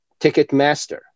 Ticketmaster